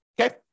Okay